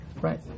right